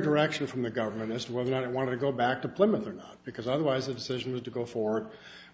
direction from the government as to whether or not i want to go back to plymouth or not because otherwise the decision was to go forward